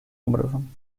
образом